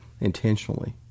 intentionally